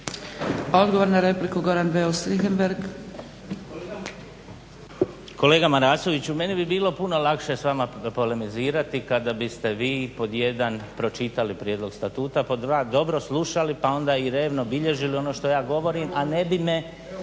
Richembergh, Goran (HNS)** Kolega Marasoviću, meni bi bilo puno lakše s vama polemizirati kada biste vi pod jedan pročitali prijedlog statuta, pod dva dobro slušali a onda i revno bilježili ono što ja govorim a ne bi me